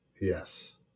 yes